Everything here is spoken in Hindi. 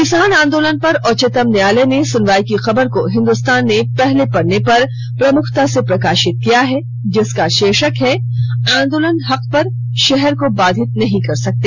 किसान आंदोलन पर उच्चतम न्यायालय में सुनवाई की खबर को हिंदुस्तान ने पहले पत्रे पर प्रमुखता से प्रकाशित किया है जिसका शीर्षक है आंदोलन हक पर शहर को बाधित नहीं कर सकते